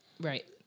Right